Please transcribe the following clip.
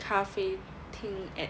咖啡厅 at